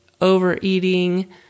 overeating